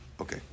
okay